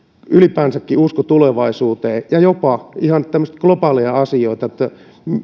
ylipäänsäkin usko tulevaisuuteen ja jopa ihan tämmöisiä globaaleja asioita että